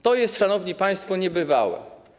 To jest, szanowni państwo, niebywałe.